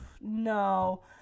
no